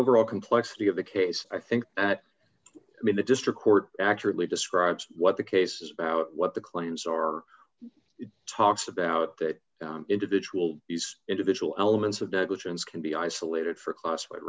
overall complexity of a case i think that i mean the district court accurately describes what the case is about what the claims are it talks about that individual these individual elements of negligence can be isolated for class